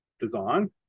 design